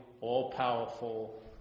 all-powerful